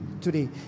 today